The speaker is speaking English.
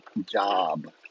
job